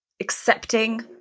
accepting